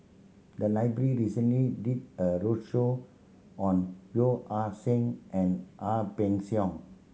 the library recently did a roadshow on Yeo Ah Seng and Ang Peng Siong